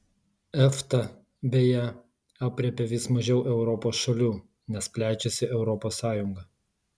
efta beje aprėpia vis mažiau europos šalių nes plečiasi europos sąjunga